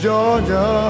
Georgia